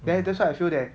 then that's why I feel that